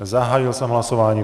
Zahájil jsem hlasování.